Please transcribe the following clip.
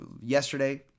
yesterday